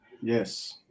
Yes